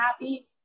happy